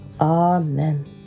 Amen